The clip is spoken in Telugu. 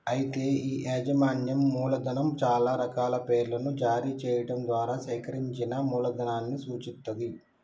అయితే ఈ యాజమాన్యం మూలధనం చాలా రకాల పేర్లను జారీ చేయడం ద్వారా సేకరించిన మూలధనాన్ని సూచిత్తది